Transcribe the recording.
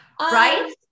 right